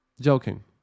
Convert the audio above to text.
joking